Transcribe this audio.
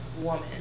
woman